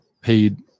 paid